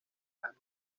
halle